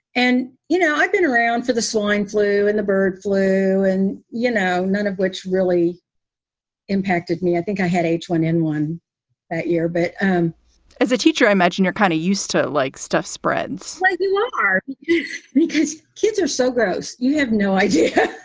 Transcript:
and, you know, i've been around for the swine flu and the bird flu and, you know, none of which really impacted me. i think i had h one n one that year. but um as a teacher, i imagine you're kind of used to like stuff spreads like you are because kids are so gross. you have no idea